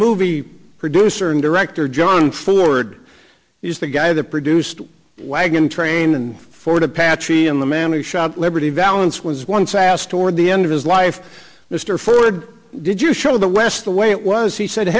movie producer and director john ford is the guy that produced wagon train and fort apache and the man is shot liberty valance was once asked toward the end of his life mr ford did you show the west the way it was he said